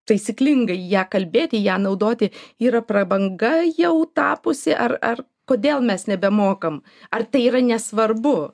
taisyklingai ja kalbėti ją naudoti yra prabanga jau tapusi ar ar kodėl mes nebemokam ar tai yra nesvarbu